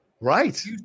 Right